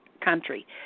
Country